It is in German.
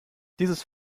dieses